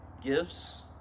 gifts